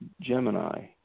Gemini